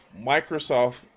Microsoft